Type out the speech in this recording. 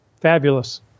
fabulous